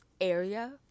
area